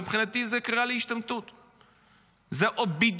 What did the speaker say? מבחינתי זו קריאה להשתמטות.